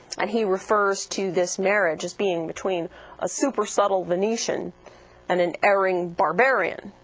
and he refers to this marriage as being between a super subtle venetian and an erring barbarian.